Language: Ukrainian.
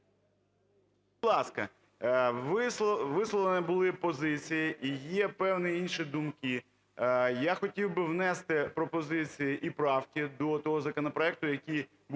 К.А. Висловлені були позиції і є певні інші думки. Я хотів би внести пропозиції і правки до того законопроекту, який був